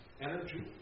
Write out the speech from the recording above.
energy